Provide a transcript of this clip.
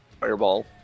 fireball